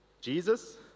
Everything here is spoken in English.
Jesus